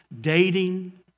dating